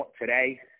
today